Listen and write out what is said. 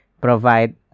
provide